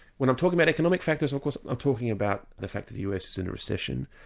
when i'm talking about economic factors of course i'm talking about the fact that the us is in a recession,